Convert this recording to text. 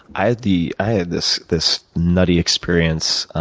i had the i had this this nutty experience.